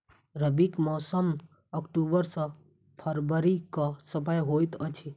रबीक मौसम अक्टूबर सँ फरबरी क समय होइत अछि